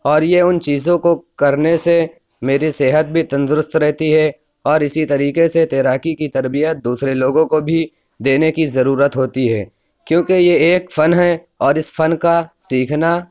اور یہ اُن چیزوں کو کرنے سے میرے صحت بھی تندرست رہتی ہے اور اِسی طریقے سے تیراکی کی تربیت دوسرے لوگوں کو بھی دینے کی ضرورت ہوتی ہے کیوں کہ یہ ایک فن ہے اور اِس فن کا سیکھنا